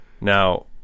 Now